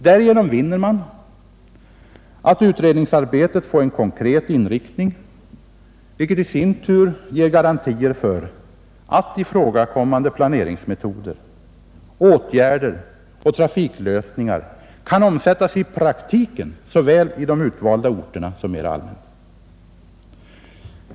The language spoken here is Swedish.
Därigenom vinner man att utredningsarbetet får en konkret inriktning, vilket i sin tur ger garantier för att ifrågakommande planeringsmetoder, åtgärder och trafiklösningar kan omsättas i praktiken såväl i de utvalda orterna som mera allmänt.